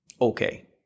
okay